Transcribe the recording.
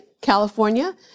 California